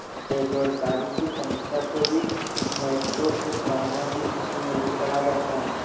बेरोजगारी की समस्या को भी मैक्रोइकॉनॉमिक्स में ही पढ़ा जाता है